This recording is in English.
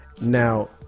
Now